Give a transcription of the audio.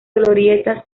glorieta